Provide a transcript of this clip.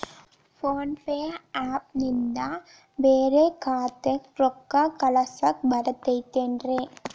Phone pay app ನಿಂದ ಬ್ಯಾರೆ ಖಾತೆಕ್ ರೊಕ್ಕಾ ಕಳಸಾಕ್ ಬರತೈತೇನ್ರೇ?